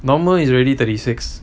normal is already thirty six